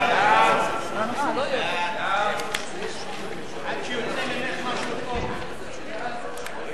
ההצעה להעביר את הצעת חוק טיפול